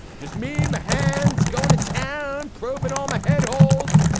just me. my hands go into town probe and all my head holes.